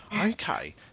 Okay